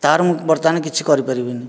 ତା'ର ମୁଁ ବର୍ତ୍ତମାନ କିଛି କରିପାରିବିନି